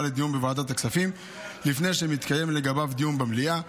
לדיון בוועדת הכספים לפני שמתקיים לגביו דיון במליאה,